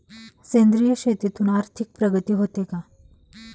सेंद्रिय शेतीतून आर्थिक प्रगती होते का?